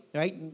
right